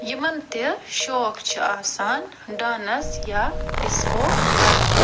یِمن تہِ شوق چھُ آسان ڈانَس یا ڈِسکو کرنُک